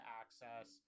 access